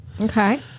Okay